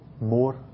more